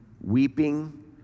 weeping